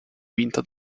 vinta